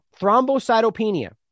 thrombocytopenia